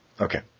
Okay